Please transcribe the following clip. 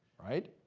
right?